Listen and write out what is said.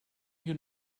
you